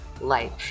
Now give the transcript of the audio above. life